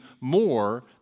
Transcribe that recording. more